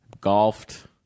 Golfed